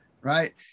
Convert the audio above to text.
right